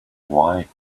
why